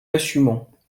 l’assumons